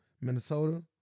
Minnesota